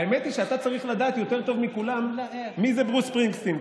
האמת היא שאתה צריך לדעת יותר טוב מכולם מי זה ברוס ספרינגסטין.